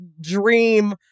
dream